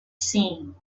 seen